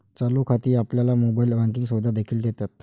चालू खाती आपल्याला मोबाइल बँकिंग सुविधा देखील देतात